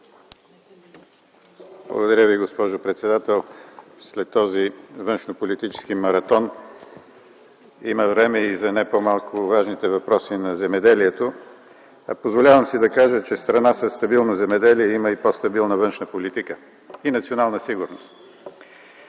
Благодаря Ви, госпожо председател. След този външнополитически маратон има време и за не по-малко важните въпроси на земеделието. Позволявам си да кажа, че страна със стабилно земеделие има и по-стабилна външна политика и национална сигурност.